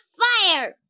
fire